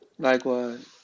Likewise